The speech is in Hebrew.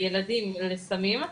בתוך הרפואה הראשונית ורפואת ילדים,